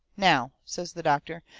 now, says the doctor,